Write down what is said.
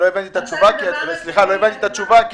לא הבנתי את התשובה,